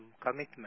commitment